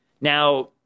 Now